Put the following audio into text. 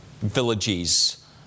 Villages